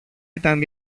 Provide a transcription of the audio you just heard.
ήταν